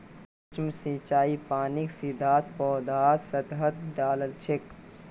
सूक्ष्म सिंचाईत पानीक सीधा पौधार सतहत डा ल छेक